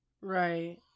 Right